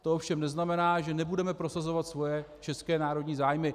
To ovšem neznamená, že nebudeme prosazovat své české národní zájmy.